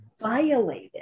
violated